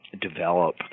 develop